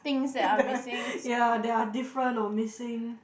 ya that are different or missing